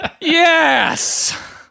yes